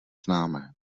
známé